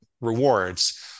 rewards